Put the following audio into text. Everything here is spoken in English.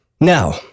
Now